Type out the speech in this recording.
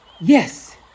Yes